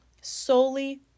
solely